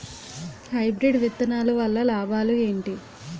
Hybrid విత్తనాలు వల్ల లాభాలు ఏంటి?